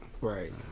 Right